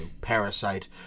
Parasite